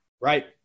Right